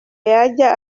yajya